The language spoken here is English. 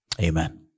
Amen